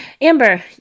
Amber